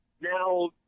Now